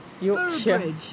Yorkshire